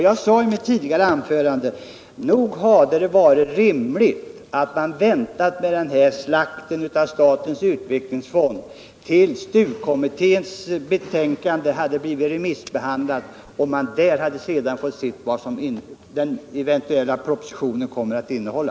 Jag sade i mitt tidigare anförande: Nog hade det varit rimligt att vänta med slakten av statens utvecklingsfond till dess STU-kommitténs betänkande har blivit remissbehandlat. Då hade man kunnat ta hänsyn till vad en eventuell proposition kan komma att innehålla.